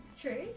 True